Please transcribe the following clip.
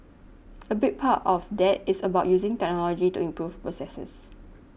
a big part of that is about using technology to improve processes